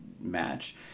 match